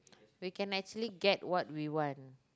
we can actually get what we want